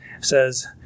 says